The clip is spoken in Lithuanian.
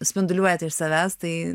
spinduliuojate iš savęs tai